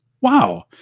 wow